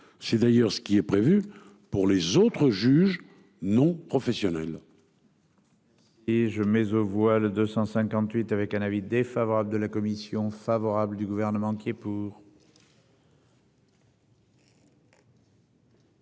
C'est d'ailleurs ce qui est prévu pour les autres juges non professionnels.